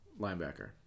linebacker